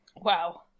Wow